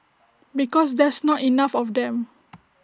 because there's not enough of them